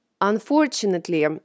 Unfortunately